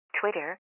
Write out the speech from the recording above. Twitter